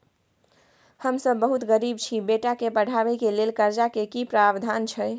हम सब बहुत गरीब छी, बेटा के पढाबै के लेल कर्जा के की प्रावधान छै?